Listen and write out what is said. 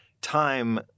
time